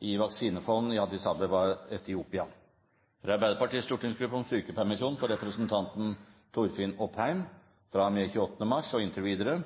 GAVI vaksinefond i Addis Abeba, Etiopia fra Arbeiderpartiets stortingsgruppe om sykepermisjon for representanten Torfinn Opheim fra og med 28. mars og inntil videre